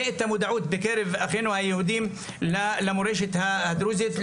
את המודעות בקרב אחינו היהודים למורשת הדרוזית,